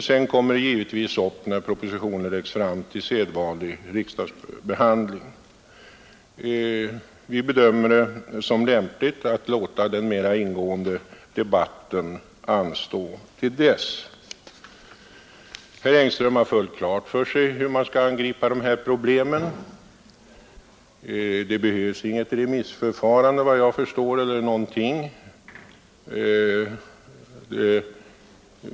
Sedan kommer frågan när propositionen läggs fram givetvis upp till sedvanlig riksdagsbehandling. Det kan därför vara lämpligt att låta en mera ingående debatt anstå till dess. Herr Engström däremot har fullt klart för sig hur man skall angripa dessa problem. Det behövs inget remissförfarande, vad jag kan förstå.